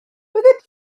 byddet